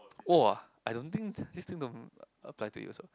!wah! I don't think this thing don't apply to you also